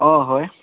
অঁ হয়